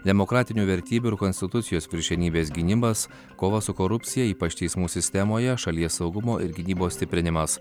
demokratinių vertybių ir konstitucijos viršenybės gynimas kova su korupcija ypač teismų sistemoje šalies saugumo ir gynybos stiprinimas